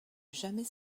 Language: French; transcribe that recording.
jamais